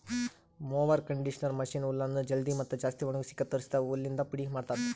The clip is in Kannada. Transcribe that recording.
ಮೊವೆರ್ ಕಂಡಿಷನರ್ ಮಷೀನ್ ಹುಲ್ಲನ್ನು ಜಲ್ದಿ ಮತ್ತ ಜಾಸ್ತಿ ಒಣಗುಸಿ ಕತ್ತುರಸಿದ ಹುಲ್ಲಿಂದ ಪುಡಿ ಮಾಡ್ತುದ